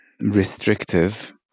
restrictive